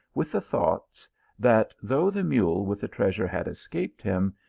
with the thoughts that though the mule with the treasure had escaped him,